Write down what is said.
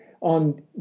on